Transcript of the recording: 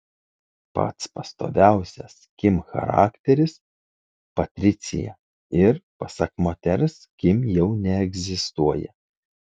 pats pastoviausias kim charakteris patricija ir pasak moters kim jau neegzistuoja